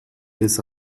des